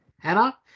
Hannah